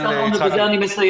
נושא אחרון ובזה אני מסיים,